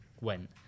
went